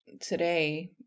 today